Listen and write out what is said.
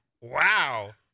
Wow